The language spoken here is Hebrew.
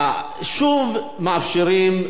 שוב מאפשרים,